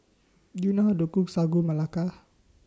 Do YOU know How to Cook Sagu Melaka